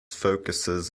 focuses